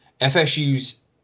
FSU's